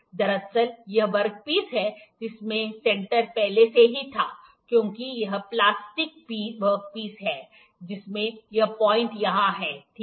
दरअसल यह वर्कपीस है जिसमें सेंटर पहले से ही था क्योंकि यह प्लास्टिक वर्क पीस है जिसमें यह पॉइंट यहां है ठीक है